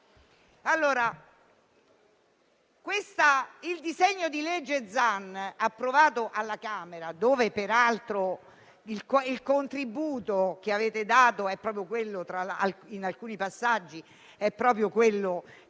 Il disegno di legge Zan, approvato alla Camera, dove peraltro il contributo che avete dato in alcuni